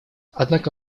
однако